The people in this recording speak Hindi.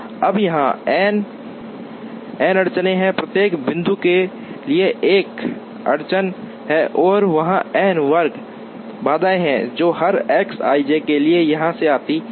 अब यहाँ n अड़चनें हैं प्रत्येक बिंदु के लिए एक एक अड़चन है और वहाँ n वर्ग बाधाएँ हैं जो हर X i j के लिए यहाँ से आती हैं